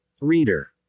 Reader